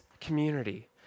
community